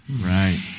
Right